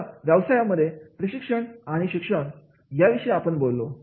आता व्यवसायांमध्ये प्रशिक्षण आणि शिक्षण या विषयी आपण बोललो